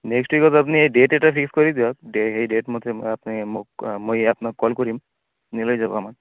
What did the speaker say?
next ৱিকত আপুনি date এটা ফিক্স কৰি দিয়ক দে সেই ডে'ট মতে আপুনি মোক মই আপোনাক কল কৰিম আপুনি লৈ যাব আমাক